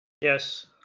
Yes